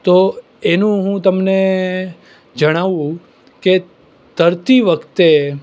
તો એનું હુ તમને જણાવું કે તરતી વખતે